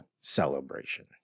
celebration